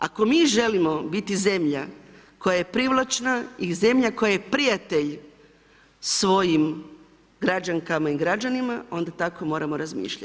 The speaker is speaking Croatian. Ako mi želimo biti zemlja koja je privlačna i zemlja koja je prijatelj svojim građankama i građanima, onda tako moramo razmišljat.